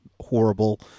horrible